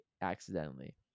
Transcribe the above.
accidentally